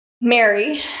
Mary